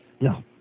No